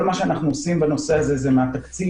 כל מה שאנחנו עושים בנושא הזה זה מהתקציב